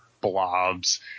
blobs –